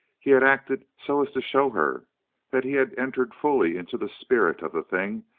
he had acted so as to show her that he had entered fully into the spirit of the thing,